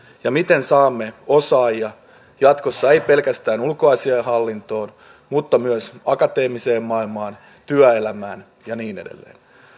ja miten saamme osaajia jatkossa ei pelkästään ulkoasioidenhallintoon mutta myös akateemiseen maailmaan työelämään ja niin edelleen